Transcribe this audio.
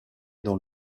dans